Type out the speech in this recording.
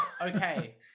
okay